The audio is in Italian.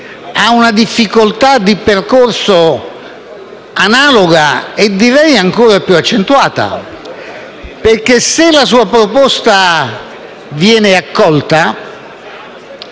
ad una difficoltà di percorso analoga e direi ancora più accentuata, perché, se la sua proposta verrà accolta,